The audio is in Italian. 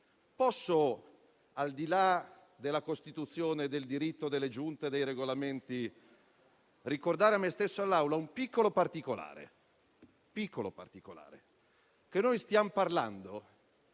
Posso, al di là della Costituzione, del diritto, delle Giunte e dei Regolamenti, ricordare a me stesso e all'Assemblea un piccolo particolare? Stiamo parlando